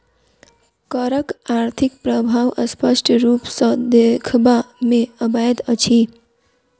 करक आर्थिक प्रभाव स्पष्ट रूप सॅ देखबा मे अबैत अछि